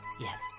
Yes